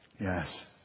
Yes